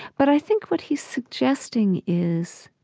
but i think what he's suggesting is